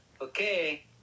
Okay